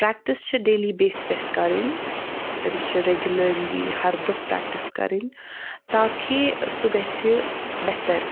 practice چھِ daily basis پؠٹھ کَرٕنۍ تٔمِس چھِ رَیٚگُلَرلِی ہر دۄہ پرٛؠکٹِس کَرٕنۍ تاکہِ سُہ گژھِ بہتر